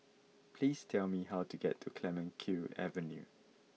please tell me how to get to Clemenceau Avenue